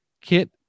Kit